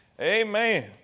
Amen